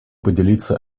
поделиться